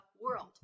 world